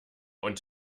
und